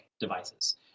devices